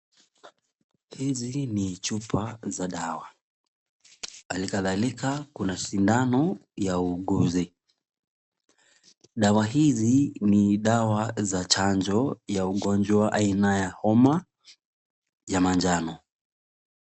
Hizi ni chupa za dawa. Hali kadhalika kuna sindano ya uuguzi. Dawa hizi ni dawa za chanjo za ugonjwa aina ya homa ya manjano.